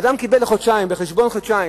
אדם קיבל בחשבון של חודשיים,